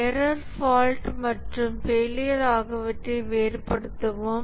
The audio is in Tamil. எரர் ஃபால்ட் மற்றும் ஃபெயிலியர் ஆகியவற்றை வேறுபடுத்துவோம்